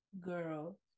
Girl